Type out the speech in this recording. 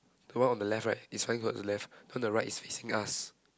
the one on left right is flying towards the left on the right is facing us